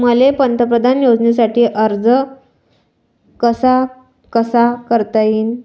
मले पंतप्रधान योजनेसाठी अर्ज कसा कसा करता येईन?